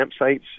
campsites